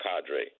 cadre